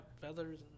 feathers